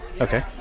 Okay